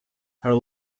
her